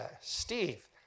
Steve